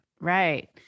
Right